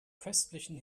köstlichen